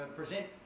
present